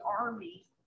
army